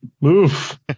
move